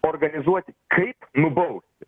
organizuoti kaip nubausti